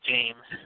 James